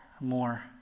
more